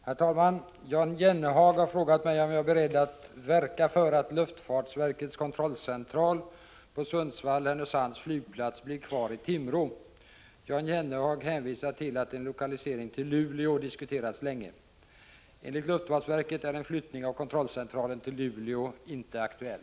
Herr talman! Jan Jennehag har frågat mig om jag är beredd att verka för att luftfartsverkets kontrollcentral på Sundsvall/Härnösands flygplats blir kvar i Timrå. Jan Jennehag hänvisar till att en lokalisering till Luleå diskuterats länge. Enligt luftfartsverket är en flyttning av kontrollcentralen till Luelå inte aktuell.